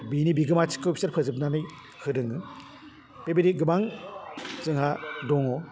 बिनि बिगोमाथिखौ फिसोर फोजोबनानै होदोङो बेबायदि गोबां जोंहा दङ